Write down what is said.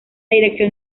dirección